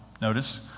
Notice